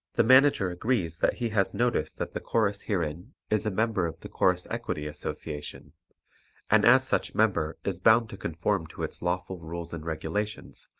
the manager agrees that he has notice that the chorus herein is a member of the chorus equity association and as such member is bound to conform to its lawful rules and regulations,